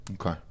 okay